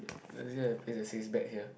I just like to play the six bet here